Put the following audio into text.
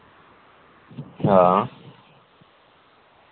हां